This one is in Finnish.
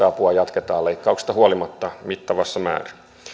apua jatketaan leikkauksista huolimatta mittavassa määrin